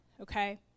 okay